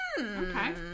Okay